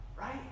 Right